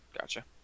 gotcha